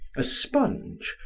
a sponge,